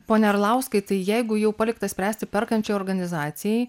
pone arlauskai tai jeigu jau palikta spręsti perkančiai organizacijai